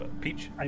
Peach